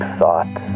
thought